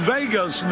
Vegas